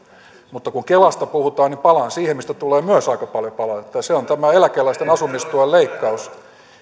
mutta kun kelasta puhutaan palaan siihen mistä tulee myös aika paljon palautetta ja se on tämä eläkeläisten asumistuen leikkaus